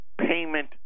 payment